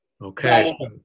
Okay